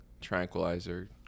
tranquilizer